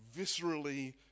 Viscerally